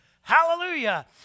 hallelujah